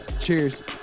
Cheers